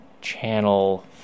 channel